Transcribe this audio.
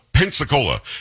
Pensacola